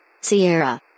Sierra